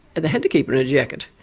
they had to keep her in a jacket.